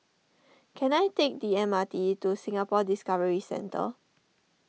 can I take the M R T to Singapore Discovery Centre